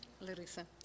Larissa